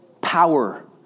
power